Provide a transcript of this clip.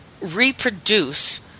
reproduce